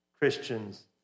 Christians